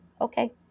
okay